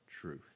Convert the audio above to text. truth